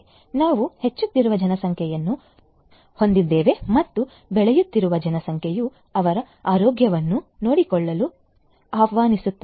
ನಾವು ಹೆಚ್ಚುತ್ತಿರುವ ಜನಸಂಖ್ಯೆಯನ್ನು ಹೊಂದಿದ್ದೇವೆ ಮತ್ತು ಬೆಳೆಯುತ್ತಿರುವ ಜನಸಂಖ್ಯೆಯು ಅವರ ಆರೋಗ್ಯವನ್ನು ನೋಡಿಕೊಳ್ಳಲು ಆಹ್ವಾನಿಸುತ್ತದೆ